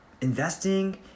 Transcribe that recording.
investing